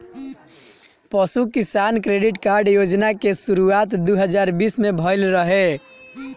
पशु किसान credit card योजना के शुरुआत दू हज़ार बीस में भइल रहे